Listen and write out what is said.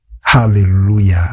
Hallelujah